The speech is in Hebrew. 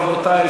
רבותי,